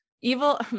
evil